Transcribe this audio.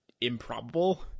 improbable